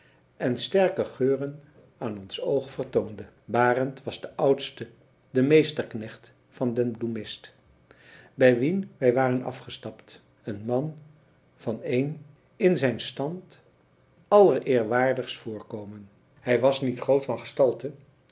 en sterke geuren aan ons oog vertoonde barend was de oudste de meester knecht van den bloemist bij wien wij waren afgestapt een man van een in zijn stand allereerwaardigst voorkomen hij was niet groot van gestalte